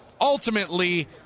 ultimately